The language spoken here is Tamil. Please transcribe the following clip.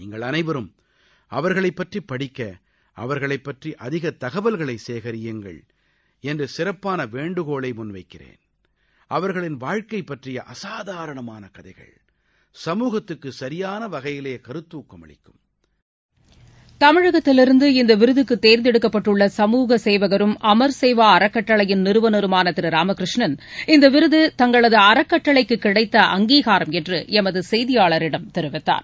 நீங்கள் அளைவரும் அவர்களைப் பற்றிப் படிக்க அவர்களைப் பற்றி அதிகத் தகவல்களைச் சேகியுங்கள் என்று சிறப்பான வேண்டுகோளை முன்வைக்கிறேன் அவர்களின் வாழ்க்கை பற்றிய அசாதாரணமான கதைகள் கழுகத்துக்கு சிபான வகையிலே கருத்தூக்கம் அளிக்கும்ப தமிழகத்திலிருந்து இந்த விருதுக்கு தேர்ந்தெடுக்கப்பட்டுள்ள சமூக சேவகரும் அமா் சேவா அறக்கட்டளையின் நிறுவனருமான திரு ராமகிருஷ்ணன் இந்த விருது தங்களது அறக்கட்டளைக்கு கிடைத்த அங்கீகாரம் என்று எமது செய்தியாளரிடம் தெரிவித்தார்